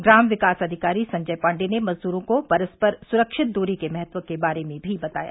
ग्राम विकास अधिकारी संजय पांडे ने मजदूरों को परस्पर सुरक्षित दूरी के महत्व के बारे में भी बताया